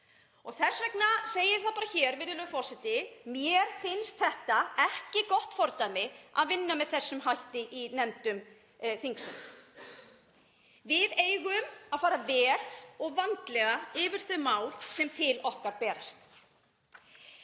Þess vegna segi ég það bara hér, virðulegur forseti, mér finnst það ekki gott fordæmi að vinna með þessum hætti í nefndum þingsins. Við eigum að fara vel og vandlega yfir þau mál sem til okkar berast.